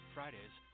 Fridays